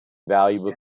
valuable